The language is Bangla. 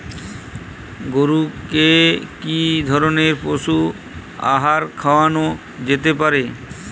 গরু কে কি ধরনের পশু আহার খাওয়ানো যেতে পারে?